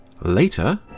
Later